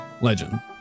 Legend